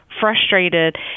frustrated